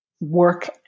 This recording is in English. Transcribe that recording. work